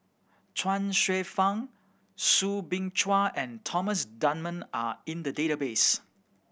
Chuang Hsueh Fang Soo Bin Chua and Thomas Dunman are in the database